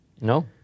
No